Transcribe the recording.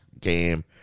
game